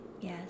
Yes